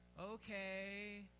Okay